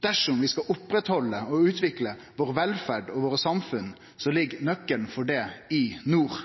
Dersom vi skal halde ved lag og utvikle vår velferd og våre samfunn, så ligg nøkkelen til det i nord.